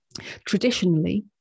Traditionally